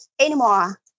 anymore